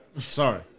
Sorry